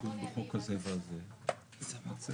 שזה נוצר זה